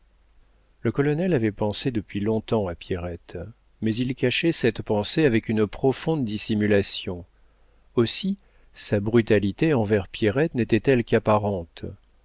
le colonel avait pensé depuis long-temps à pierrette mais il cachait cette pensée avec une profonde dissimulation aussi sa brutalité envers pierrette n'était-elle qu'apparente